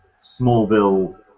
Smallville